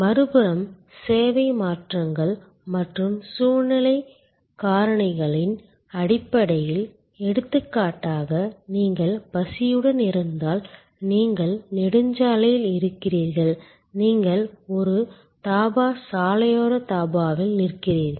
மறுபுறம் சேவை மாற்றங்கள் மற்றும் சூழ்நிலை காரணிகளின் அடிப்படையில் எடுத்துக்காட்டாக நீங்கள் பசியுடன் இருந்தால் நீங்கள் நெடுஞ்சாலையில் இருக்கிறீர்கள் நீங்கள் ஒரு தாபா சாலையோர தபாவில் நிற்கிறீர்கள்